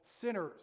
sinners